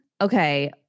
Okay